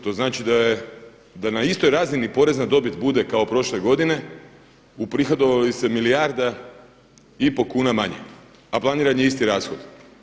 To znači da na istoj razini porez na dobit bude kao prošle godine, uprihodova li se milijarda i pol kuna manje, a planiran je isti rashod.